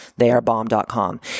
theyarebomb.com